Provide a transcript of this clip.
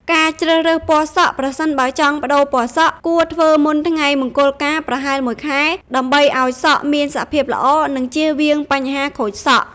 ការជ្រើសរើសពណ៌សក់ ប្រសិនបើចង់ប្តូរពណ៌សក់ គួរធ្វើមុនថ្ងៃមង្គលការប្រហែលមួយខែ ដើម្បីឱ្យសក់មានសភាពល្អ និងជៀសវាងបញ្ហាខូចសក់។